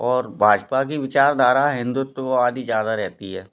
और भाजपा की विचारधारा हिंदुत्व आदि ज्यादा रहती है